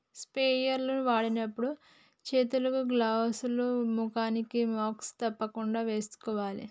sprayer లు వాడేటప్పుడు చేతులకు గ్లౌజ్ లు, ముఖానికి మాస్క్ తప్పకుండా వేసుకోవాలి